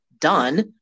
done